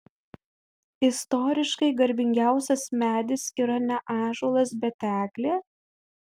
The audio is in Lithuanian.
istoriškai garbingiausias medis yra ne ąžuolas bet eglė